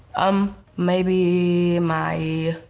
um maybe my,